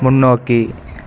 முன்னோக்கி